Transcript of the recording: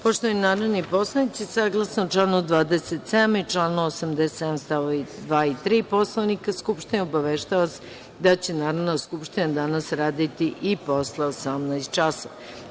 Poštovani narodni poslanici, saglasno članu 27. i članu 87. stavovi 2. i 3. Poslovnika Skupštine, obaveštavam vas da će Narodna skupština danas raditi i posle 18,00 časova.